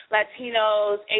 Latinos